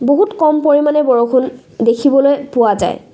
বহুত কম পৰিমাণে বৰষুণ দেখিবলৈ পোৱা যায়